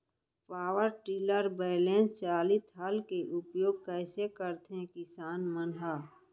Power tiller बैलेंस चालित हल के उपयोग कइसे करथें किसान मन ह?